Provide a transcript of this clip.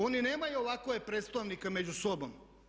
Oni nemaju ovakve predstavnike među sobom.